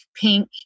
pink